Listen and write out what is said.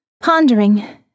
Pondering